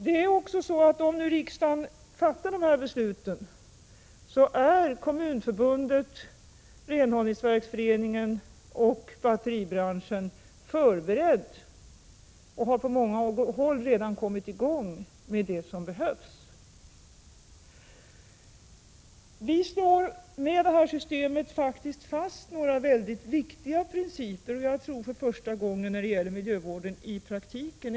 Det är också så, att om nu riksdagen fattar de besluten är Kommunförbundet, Renhållningsverksföreningen och batteribranschen förberedda. På många håll har man redan kommit i gång med vad som behöver göras. Vi slår med genomförandet av det här systemet faktiskt fast några mycket viktiga principer. Jag tror att det är första gången i miljövården som de kommer att tillämpas i praktiken.